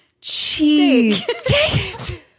cheese